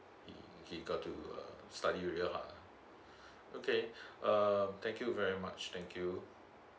he he got to uh study real hard ah okay uh thank you very much thank you